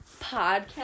podcast